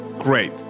Great